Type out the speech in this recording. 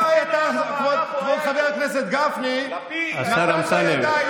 מתי אתה, כבוד חבר הכנסת גפני, לפיד, השר אמסלם.